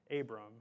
Abram